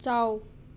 ꯆꯥꯎ